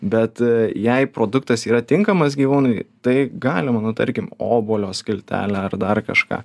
bet jei produktas yra tinkamas gyvūnui tai galima nu tarkim obuolio skiltelę ar dar kažką